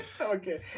Okay